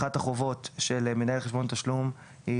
אחת החובות של מנהל חשבון תשלום היא